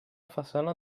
façana